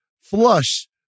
flush